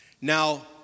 Now